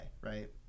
right